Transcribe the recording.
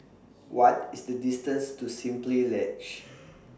What IS The distance to Simply Lodge